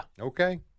okay